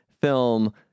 film